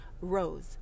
rose